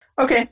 Okay